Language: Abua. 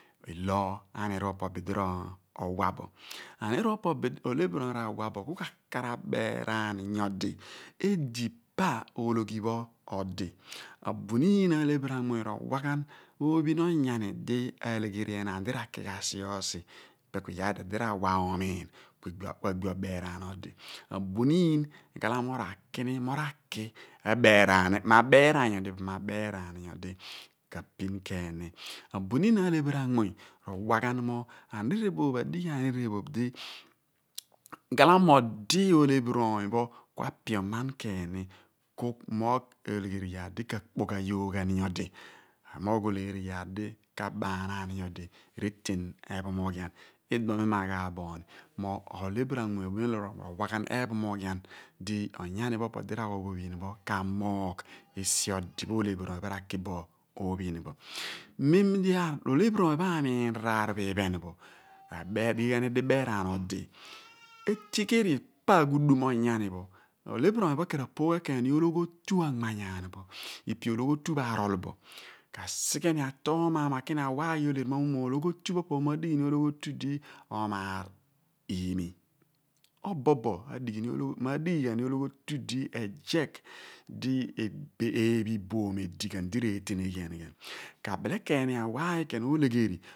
Ilo ahnir pho opo bidi rowa bo, ahnir pho opo olephiri oony ra wa bo ku ka kar abeeraan nyodi edi pa ologhi pho odi abuniin alephiri an muny rowa ghan ophin onyani di alegheri enaan di ra ki ghan church epe ku iyaar di odi ra wa omiin ku agbi obeeraan odi abunun ghalamo rakini mo ra/ki eberaan ni, mabeeraan po mabeeraan nyodi, ka pin ken ni abuniin alephiri anmuny ro wa ghan mo ahnir ephoph pho adighi anir ephoph di ghalamo r'odi olephiri oony pho ku apioman ken ni po moogh olegheri iyaar di kaakpoghogha yogh nyodi, amoogh olegheri iyaar di kabaanaan nyodi reten eopho mughian iduon mi ma aghaaph bo ni mo alephiri anmuny awe di ro wa ghan eepho moghian di onyani pho opo odi ra wa bo ophin pho ka moogh esi odi ole phiri oony pho ra ki bo ophin pho mem di olephiri oony pho amiin raar pho iphen pho redighi ghan ni di beeraan odi etighai pa aghudum onyani pho, olephiri oony pho ipe ologhiotu pho arol bo. ka sighe ni atoomaam aki awaaghi mughumo ologhio tu di omaar di ezegh di eeph iboom edughan di re teneghian ghan ka bile ken awaghi ken oolegheri.